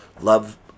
love